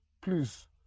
please